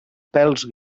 pèls